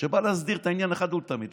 שבאה להסדיר את העניין אחת ולתמיד,